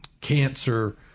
cancer